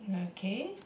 okay